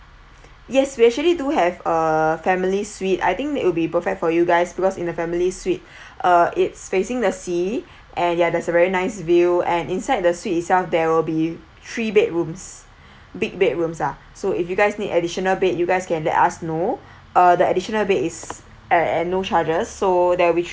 yes we actually do have a family suite I think that would be perfect for you guys because in the family suite uh it's facing the sea and ya there's a very nice view and inside the suite itself there will be three bedrooms big bedrooms ah so if you guys need additional bed you guys can let us know uh the additional bed is at and no charges so there'll be three